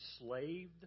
enslaved